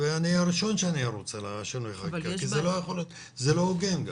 אני הראשון שארוץ על שינוי החקיקה כי זה לא הוגן גם.